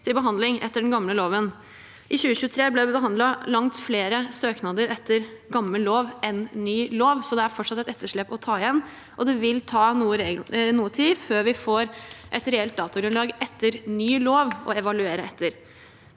til behandling etter den gamle loven. I 2023 ble det behandlet langt flere søknader etter gammel lov enn etter ny lov, så det er fortsatt et etterslep å ta igjen, og det vil ta noe tid før vi får et reelt datagrunnlag etter ny lov å evaluere etter.